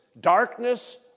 darkness